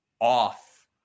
off